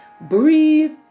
breathe